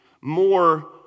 more